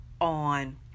on